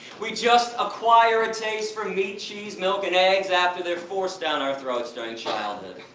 we just acquire a taste for meat, cheese, milk and eggs after their forced down our throats during childhood.